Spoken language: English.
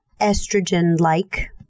estrogen-like